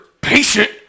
patient